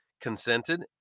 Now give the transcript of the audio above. consented